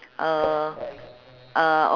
uh uh